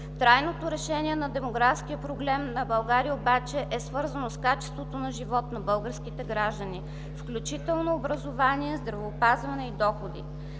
Трайното решение на демографския проблем на България обаче е свързан с качеството на живот на българските граждани, включително образование, здравеопазване и доходи.